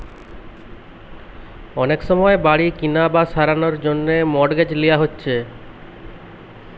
অনেক সময় বাড়ি কিনা বা সারানার জন্যে মর্টগেজ লিয়া হচ্ছে